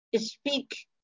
speak